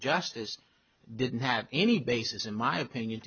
justice didn't have any basis in my opinion